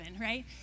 right